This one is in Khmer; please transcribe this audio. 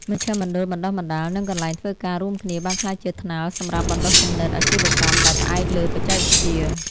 មជ្ឈមណ្ឌលបណ្ដុះបណ្ដាល និងកន្លែងធ្វើការរួមគ្នាបានក្លាយជាថ្នាលសម្រាប់បណ្ដុះគំនិតអាជីវកម្មដែលផ្អែកលើបច្ចេកវិទ្យា។